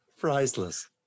priceless